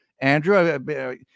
Andrew